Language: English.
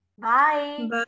Bye